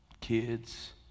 kids